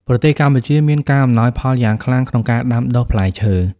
ប្រទេសកម្ពុជាមានការអំណោយផលយ៉ាងខ្លាំងក្នុងការដាំដុះផ្លែឈើ។